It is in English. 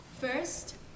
First